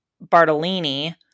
Bartolini